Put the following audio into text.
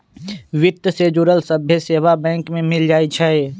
वित्त से जुड़ल सभ्भे सेवा बैंक में मिल जाई छई